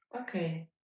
okay